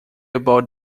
about